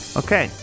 okay